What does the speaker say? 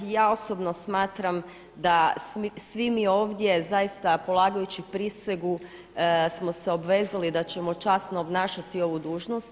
Ja osobno smatram da svi mi ovdje, zaista polagajući prisegu smo se obvezali da ćemo časno obnašati ovu dužnost.